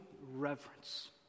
reverence